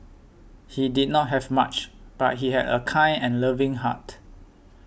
he did not have much but he had a kind and loving heart